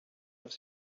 have